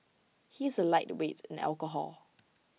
he is A lightweight in alcohol